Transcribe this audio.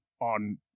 on